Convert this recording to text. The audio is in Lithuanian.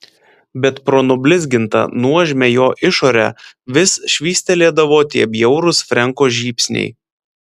bet pro nublizgintą nuožmią jo išorę vis švystelėdavo tie bjaurūs frenko žybsniai